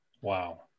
Wow